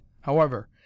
However